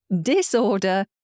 Disorder